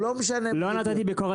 הוא לא משנה כלום.